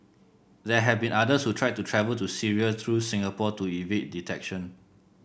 there have been others who tried to travel to Syria through Singapore to evade detection